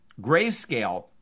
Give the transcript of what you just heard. Grayscale